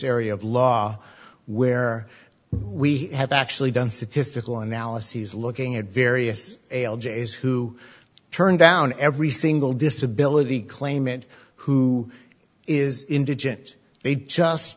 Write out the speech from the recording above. area of law where we have actually done statistical analyses looking at various ail j s who turn down every single disability claim and who is indigent they just